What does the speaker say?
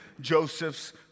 Joseph's